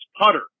putter